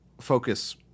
focus